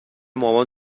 مامان